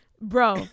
Bro